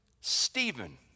Stephen